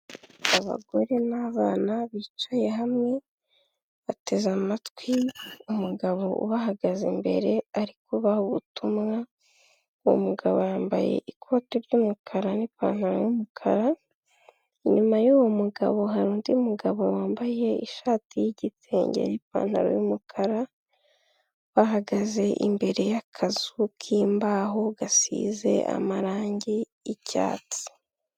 Abagore n'abana bicaye hamwe bateze amatwi umugabo ubahagaze imbere ari kuba ubutumwa, uwo mugabo yambaye ikoti ry'umukara n'ipantaro y'umukara, inyuma y'uwo mugabo hari undi mugabo wambaye ishati y'igitenge n'ipantaro y'umukara bahagaze imbere y'akazu k'imbaho gasize amarangi y'icyatsi.